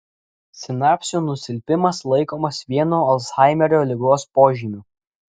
sinapsių nusilpimas laikomas vienu alzhaimerio ligos požymių